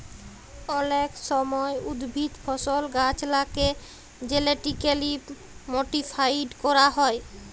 অলেক সময় উদ্ভিদ, ফসল, গাহাচলাকে জেলেটিক্যালি মডিফাইড ক্যরা হয়